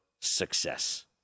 success